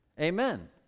Amen